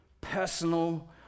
personal